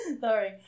sorry